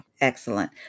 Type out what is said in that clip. Excellent